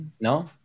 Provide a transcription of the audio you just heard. No